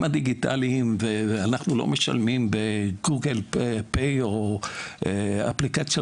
הדיגיטליים ואנחנו לא משלמים ב-Google pay באפליקציות